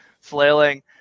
flailing